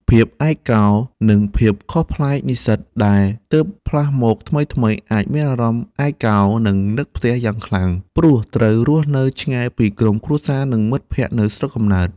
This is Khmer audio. ភាពឯកកោ និងភាពខុសប្លែកនិស្សិតដែលទើបផ្លាស់មកថ្មីៗ អាចមានអារម្មណ៍ឯកកោ និងនឹកផ្ទះយ៉ាងខ្លាំង ព្រោះត្រូវរស់នៅឆ្ងាយពីក្រុមគ្រួសារ និងមិត្តភ័ក្តិនៅស្រុកកំណើត។